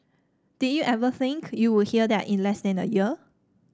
did you ever think you would hear that in less than a year